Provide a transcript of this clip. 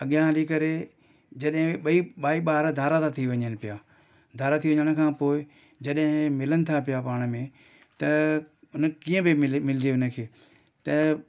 अॻियां हली करे जॾहिं ॿई भाई ॿार धारा था थी वञनि पिया धारा थी वञण खां पोइ जॾहिं मिलनि था पिया पाण में त उन कीअं में मिले मिलिजे उनखे त